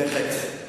בהחלט.